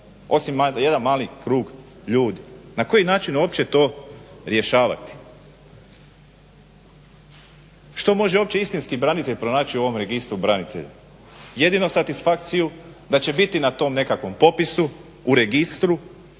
osim jedan mali krug ljudi. Na koji način uopće to rješavati? Što može uopće istinski branitelj pronaći u ovom Registru branitelja, jedino satisfakciju da će biti na tom nekakvom popisu u registru